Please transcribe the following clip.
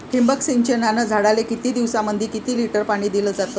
ठिबक सिंचनानं झाडाले एक दिवसामंदी किती लिटर पाणी दिलं जातं?